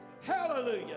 Hallelujah